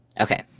Okay